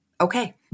okay